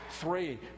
three